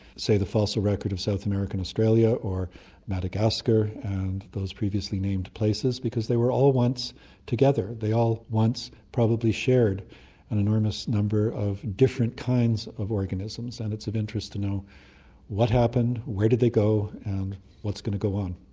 say, the fossil record of south america and australia or madagascar and those previously named places because they were all once together, they all once probably shared an enormous number of different kinds of organisms, and it's of interest to know what happened, where did they go and what's going to go on.